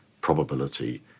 probability